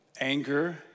anger